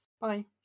bye